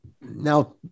now